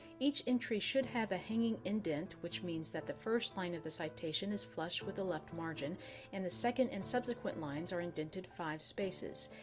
each entry should have a hanging indent, which means that the first line of the citation is flush with the left margin and the second and subsequent lines are indented five spaces.